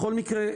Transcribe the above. בכל מקרה,